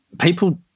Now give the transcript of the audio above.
People